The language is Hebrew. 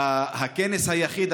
הכנס היחיד,